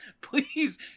please